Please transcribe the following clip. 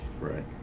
Right